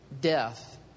death